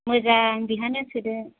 मोजां बेहायनो सोदो